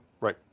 right